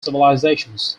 civilizations